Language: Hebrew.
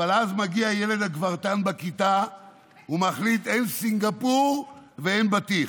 אבל אז מגיע הילד הגברתן בכיתה ומחליט: אין סינגפור ואין בטיח.